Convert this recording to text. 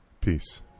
Peace